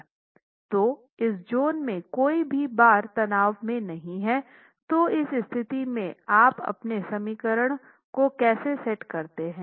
तो इस ज़ोन में कोई भी बार तनाव में नहीं है तो इस स्थिति में आप अपने समीकरण को कैसे सेट करते हैं